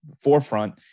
forefront